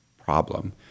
problem